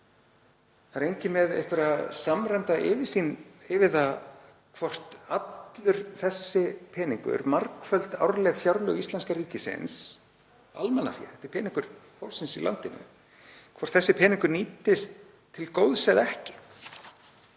Það er enginn með einhverja samræmda yfirsýn yfir það hvort allur þessi peningur, margföld árleg fjárlög íslenska ríkisins, almannafé, þetta er peningur fólksins í landinu, nýtist til góðs eða ekki.